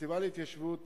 החטיבה להתיישבות,